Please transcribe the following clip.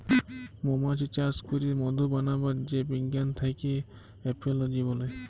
মমাছি চাস ক্যরে মধু বানাবার যে বিজ্ঞান থাক্যে এপিওলোজি ব্যলে